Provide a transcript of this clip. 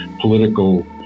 political